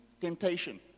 temptation